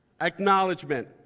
acknowledgement